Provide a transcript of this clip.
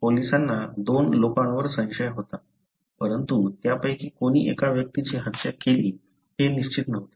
पोलिसांना दोन लोकांवर संशय होता परंतु त्यापैकी कोणी या व्यक्तीची हत्या केली हे निश्चित नव्हते